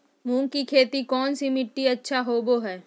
मूंग की खेती कौन सी मिट्टी अच्छा होबो हाय?